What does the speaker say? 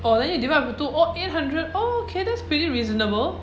orh then you divide by two orh eight hundred orh okay that's pretty reasonable